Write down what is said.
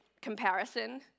comparison